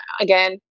again